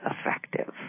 effective